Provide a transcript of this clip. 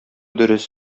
дөрес